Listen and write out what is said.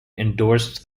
endorsed